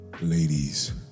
ladies